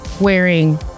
wearing